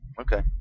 Okay